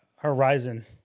Horizon